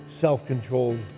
self-controlled